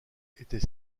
était